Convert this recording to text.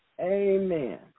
Amen